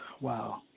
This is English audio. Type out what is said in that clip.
wow